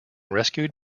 rescued